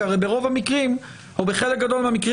כי הרי ברוב המקרים או בחלק גדול מהמקרים